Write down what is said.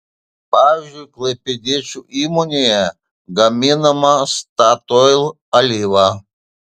pavyzdžiui klaipėdiečių įmonėje gaminama statoil alyva